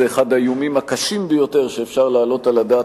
זה אחד האיומים הקשים ביותר שאפשר להעלות על הדעת